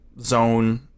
zone